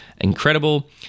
incredible